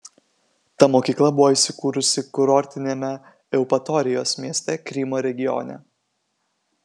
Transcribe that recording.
ta mokykla buvo įsikūrusi kurortiniame eupatorijos mieste krymo regione